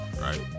Right